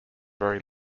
very